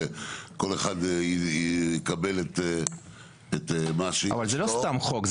כל אחד יקבל את מה ש --- אבל זה לא סתם חוק,